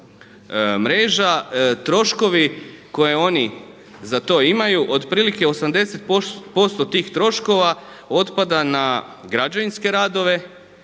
mreža troškovi koje oni za to imaju otprilike 80% tih troškova otpada na građevinske radove,